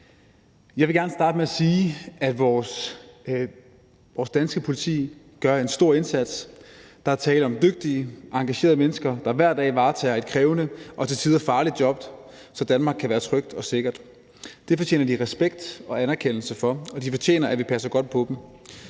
Jeg vil gerne starte med at sige, at vores danske politi gør en stor indsats. Der er tale om dygtige, engagerede mennesker, der hver dag varetager et krævende og til tider farligt job, så Danmark kan være trygt og sikkert. Det fortjener de respekt og anerkendelse for, og de fortjener, at vi passer godt på dem.